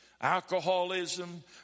alcoholism